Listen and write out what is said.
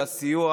על הסיוע,